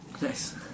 Nice